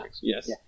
yes